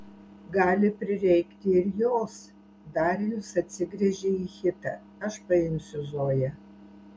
gali prireikti ir jos darijus atsigręžė į hitą aš paimsiu zoją